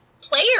player